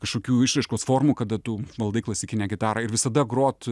kažkokių išraiškos formų kada tu valdai klasikinę gitarą ir visada grot